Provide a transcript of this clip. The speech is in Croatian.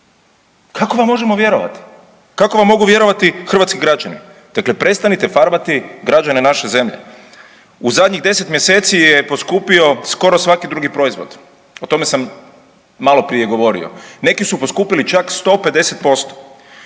Kako vam možemo vjerovati, kako vam mogu vjerovati hrvatski građani? Dakle, prestanite farbati građane naše zemlje. U zadnjih 10 mjeseci je poskupio skoro svaki drugi proizvod, o tome sam maloprije govorio, neki su poskupili čak 150%,